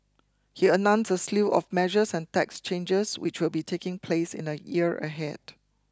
he announced a slew of measures and tax changes which will be taking place in the year ahead